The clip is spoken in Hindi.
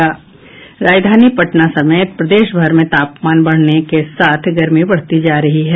राजधानी पटना समेत प्रदेश भर में तापमान बढ़ने के साथ गर्मी बढ़ती जा रही है